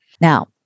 Now